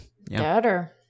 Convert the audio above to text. Better